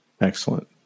Excellent